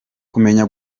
kumenya